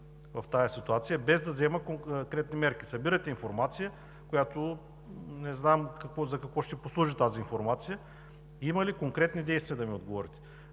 в тази ситуация – без да взема конкретни мерки. Събирате информация, която не знам за какво ще послужи. Да ми отговорите: има ли конкретни действия? Нашите